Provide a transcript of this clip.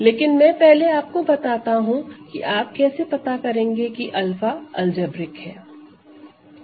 लेकिन मैं पहले आपको बताता हूं कि आप कैसे पता करेंगे कि 𝛂 अलजेब्रिक है